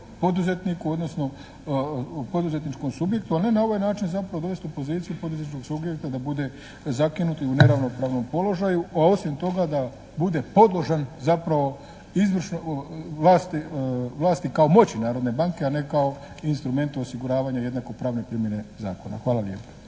poduzetniku odnosno poduzetničkom subjektu a ne na ovaj način zapravo dovesti u poziciju poduzetničkog subjekta da bude zakinut i u neravnopravnom položaju, a osim toga da bude podložan zapravo izvršnoj vlasti kao moći Narodne banke a ne kao instrumentu osiguravanja jednako pravne primjene zakona. Hvala lijepo.